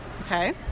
Okay